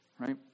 right